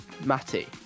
Matty